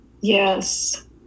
Yes